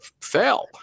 fail